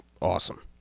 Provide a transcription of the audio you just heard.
awesome